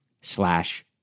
slash